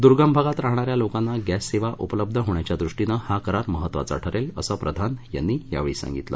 दूर्गम भागात राहणा या लोकांना गॅस सेवा उपलब्ध होण्याच्या दृष्टीनं हा करार महत्त्वाचा ठरेल असं प्रधान यांनी सांगितलं